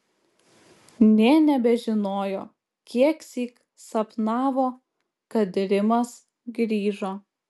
nė nebežinojo kieksyk sapnavo kad rimas grįžo